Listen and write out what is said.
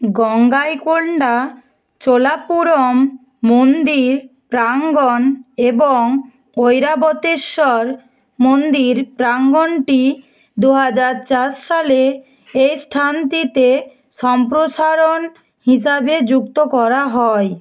গঙ্গাইকোণ্ডা চোলাপুরম মন্দির প্রাঙ্গন এবং ঐরাবতেশ্বর মন্দির প্রাঙ্গনটি দু হাজার চার সালে এই স্থানটিতে সম্প্রসারণ হিসাবে যুক্ত করা হয়